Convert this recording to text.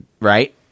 right